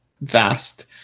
vast